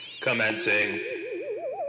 commencing